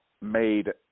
made